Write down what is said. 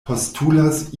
postulas